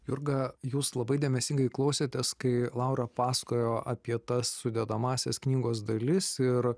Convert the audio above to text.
jurga jūs labai dėmesingai klausėtės kai laura pasakojo apie tas sudedamąsias knygos dalis ir